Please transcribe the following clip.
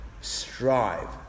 strive